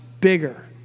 bigger